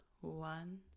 one